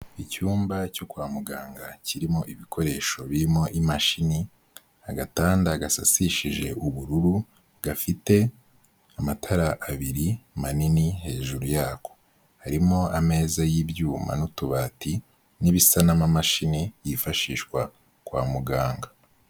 Icyumba cyo kwa muganga kirimo ibikoresho birimo imashini, agatanda gasasishije ubururu gafite amatara abiri manini hejuru yako, harimo ameza y'ibyuma n'utubati n'ibisa n'amamashini yifashishwa kwa muganga.